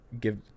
give